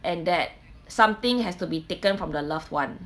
and that something has to be taken from their loved one